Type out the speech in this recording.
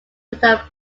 without